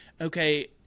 okay